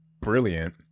brilliant